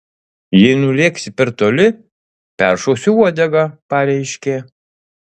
jei nulėksi per toli peršausiu uodegą pareiškė